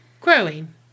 Growing